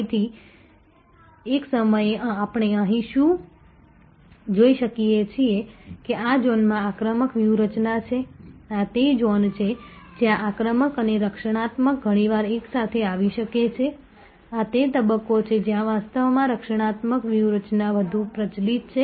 તેથી એક સમયે આપણે અહીં શું જોઈ શકીએ છીએ કે આ ઝોન આક્રમક વ્યૂહરચના છે આ તે ઝોન છે જ્યાં આક્રમક અને રક્ષણાત્મક ઘણીવાર એકસાથે આવી શકે છે આ તે તબક્કો છે જ્યાં વાસ્તવમાં રક્ષણાત્મક વ્યૂહરચના વધુ પ્રચલિત છે